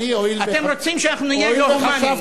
אתם רוצים שאנחנו נהיה הומניים.